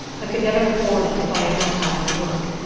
i could never have borne it if i had not had my work.